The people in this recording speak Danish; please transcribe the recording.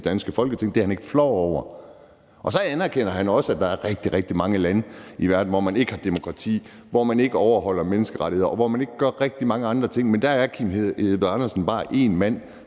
danske Folketing. Det er han ikke flov over. Og så anerkender han også, at der er rigtig, rigtig mange lande i verden, hvor man ikke har demokrati, hvor man ikke overholder menneskerettigheder, og hvor man ikke gør rigtig mange andre ting, men der er hr. Kim Edberg Andersen bare én mand